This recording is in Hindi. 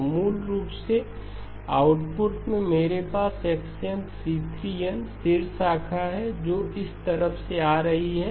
तो मूल रूप से आउटपुट में मेरे पास x n c3 n शीर्ष शाखा है जो इस तरफ से आ रही है